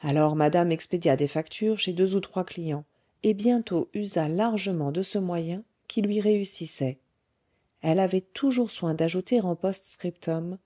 alors madame expédia des factures chez deux ou trois clients et bientôt usa largement de ce moyen qui lui réussissait elle avait toujours soin d'ajouter en post-scriptum